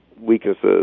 weaknesses